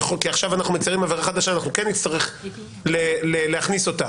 כי אחר כך כן נצטרך להכניס אותה.